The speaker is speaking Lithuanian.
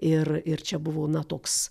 ir ir čia buvo na toks